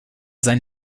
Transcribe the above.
sein